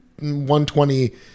120